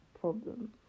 problem